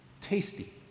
tasty